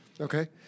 Okay